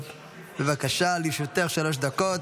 בבקשה, לרשותך שלוש דקות.